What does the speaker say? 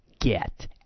get